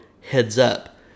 heads-up